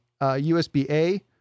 USB-A